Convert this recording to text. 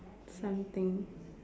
something